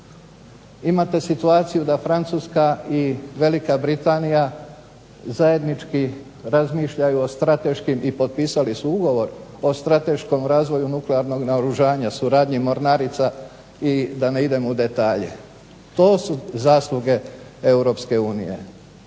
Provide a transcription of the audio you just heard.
Imate situaciju da Francuska i Velika Britanija zajednički razmišljaju o strateškim i potpisali su ugovor o strateškom razvoju nuklearnog naoružanja suradnji mornarica i da ne idemo u detalje. To su zasluge Europske unije.